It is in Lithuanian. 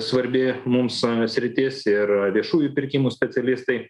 svarbi mums sritis ir viešųjų pirkimų specialistai